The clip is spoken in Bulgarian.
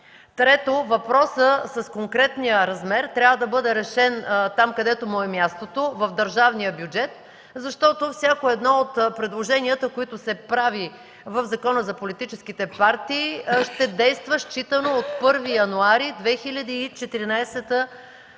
Трето, въпросът с конкретния размер трябва да бъде решен там, където му е мястото – в държавния бюджет, защото всяко едно от предложенията, които се правят от Закона за политическите партии, ще действа считано от 1 януари 2014 г.